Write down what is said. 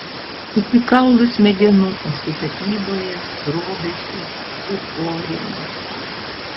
iki kaulų smegenų esu tapyboje drobėse ir porėmiuose